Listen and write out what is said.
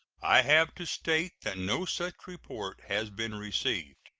i have to state that no such report has been received.